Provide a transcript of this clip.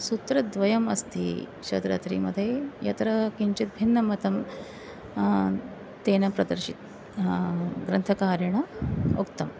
सूत्रद्वयम् अस्ति शरद्रात्रिमध्ये यत्र किञ्चित् भिन्नं मतं तेन प्रदर्शितं ग्रन्थकारेण उक्तम्